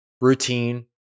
routine